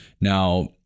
Now